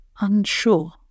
Unsure